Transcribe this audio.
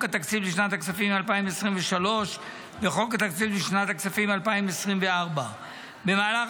התקציב לשנת הכספים 2023 וחוק התקציב לשנת הכספים 2024. במהלך